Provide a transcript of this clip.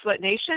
Nation